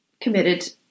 committed